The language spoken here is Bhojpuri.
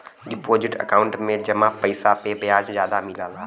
डिपोजिट अकांउट में जमा पइसा पे ब्याज जादा मिलला